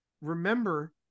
Remember